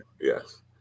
Yes